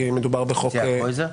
כי מדובר בחוק --- יצחק קרויזר?